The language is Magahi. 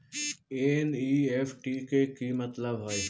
एन.ई.एफ.टी के कि मतलब होइ?